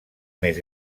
més